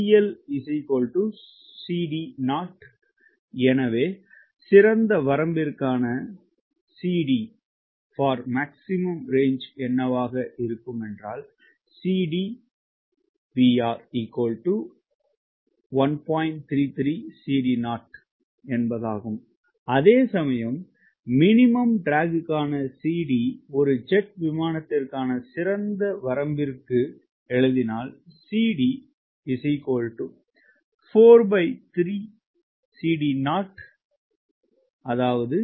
எனவே எனவே சிறந்த வரம்பிற்கான CD என்னவாக இருக்கும் அதேசமயம் மினிமம் ட்ராக்காண CD ஒரு ஜெட் விமானத்திற்கான சிறந்த வரம்பிற்கான CD அதாவது 1